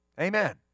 Amen